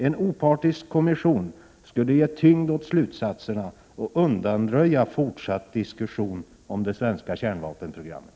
En opartisk kommission skulle ge tyngd åt slutsatserna och undanröja fortsatt diskussion om det svenska kärnvapenprogrammet.